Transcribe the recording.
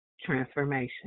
Transformation